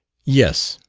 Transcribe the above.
yes,